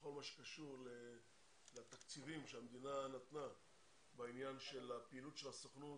בכל מה שקשור לתקציבים שהמדינה נתנה בעניין של הפעילות של הסוכנות,